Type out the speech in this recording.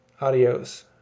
Adios